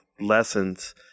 lessons